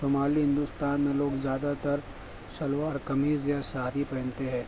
شمالی ہندوستان میں لوگ زیادہ تر شلوار قمیض یا ساری پہنتے ہے